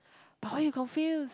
but why you confuse